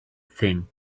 thing